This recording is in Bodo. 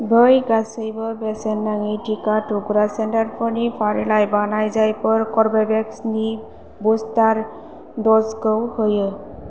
बै गासिबो बेसेन नाङि टिका थुग्रा सेन्टारफोरनि फारिलाइ बानाय जायफोर कर्वेभेक्सनि बुस्टार द'जखौ होयो